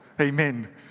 Amen